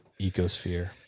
ecosphere